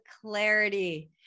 clarity